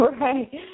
Right